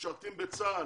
שמשרתים בצה"ל,